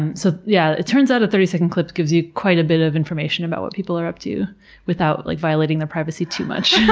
and so yeah it turns out, a thirty second clip gives you quite a bit of information about what people are up to without like violating their privacy too much.